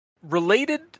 Related